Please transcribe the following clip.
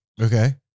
okay